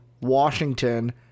Washington